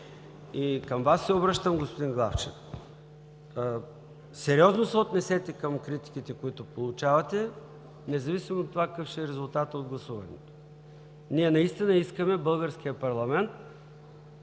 и към Вас се обръщам, господин Главчев, сериозно се отнесете към критиките, които получавате, независимо от това какъв ще е резултатът от гласуването. Ние наистина искаме българският парламент